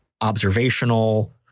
observational